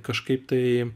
kažkaip tai